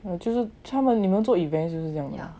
oh 其实他们你们做 event 也是要这样